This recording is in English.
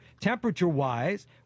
Temperature-wise